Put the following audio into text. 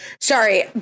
Sorry